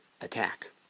attack